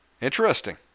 Interesting